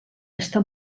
està